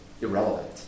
irrelevant